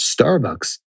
Starbucks